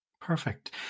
Perfect